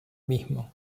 mismo